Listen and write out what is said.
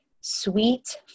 sweet